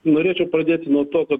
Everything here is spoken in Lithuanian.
norėčiau pradėti nuo to kad